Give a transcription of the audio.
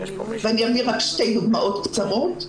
ואני אתן רק שתי דוגמאות קצרות: